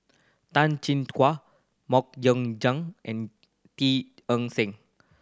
Tan Chin Tuan Mok Ying Jang and Teo Eng Seng